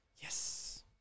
Yes